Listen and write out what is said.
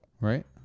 right